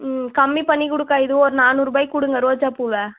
ம் கம்மி பண்ணி கொடுக்கா இது ஒரு நானூறு ரூபாய்க்கு கொடுங்க ரோஜாப்பூவை